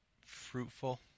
fruitful